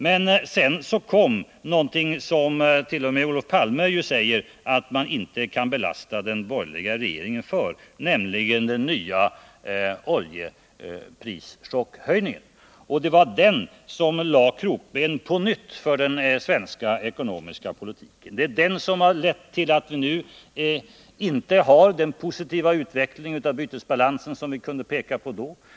Men sedan kom någonting som t.o.m. Olof Palme ju säger att man inte kan lasta den borgerliga regeringen för, nämligen den nya oljeprischockhöjningen. Det var den som lade krokben på nytt för den svenska ekonomiska politiken. Det är den som har lett till att vi nu inte har den positiva utveckling av bytesbalansen som vi kunde peka på då.